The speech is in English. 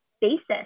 basis